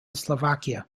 slovakia